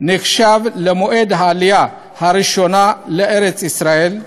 נחשב למועד העלייה הראשונה לארץ-ישראל.